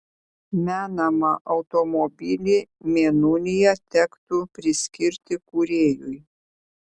menamą automobilį mėnulyje tektų priskirti kūrėjui